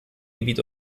gebiet